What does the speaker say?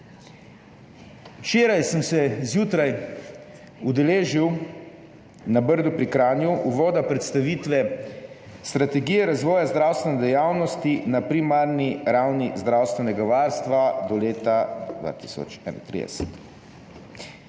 Včeraj zjutraj sem se na Brdu pri Kranju udeležil uvoda predstavitve Strategije razvoja zdravstvene dejavnosti na primarni ravni zdravstvenega varstva do leta 2031.